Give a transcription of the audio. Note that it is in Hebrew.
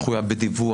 מחויב בדיווח.